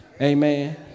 Amen